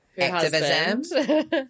activism